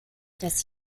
das